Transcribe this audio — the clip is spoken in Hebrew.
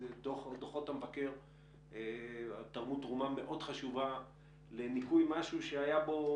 דוחות המבקר תרמו תרומה מאוד חשובה לניקוי משהו שהיו בו